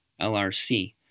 LRC